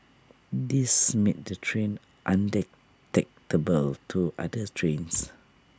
this made the train undetectable to other trains